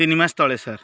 ତିିନି ମାସ ତଳେ ସାର୍